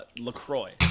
LaCroix